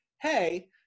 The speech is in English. hey